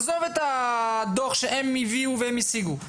עזוב את הדו"ח שהם הביאו והם השיגו.